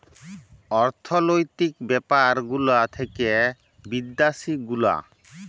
অর্থলৈতিক ব্যাপার গুলা থাক্যে বিদ্যাসি গুলা